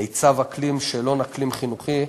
מיצ"ב אקלים, שאלון אקלים חינוכי.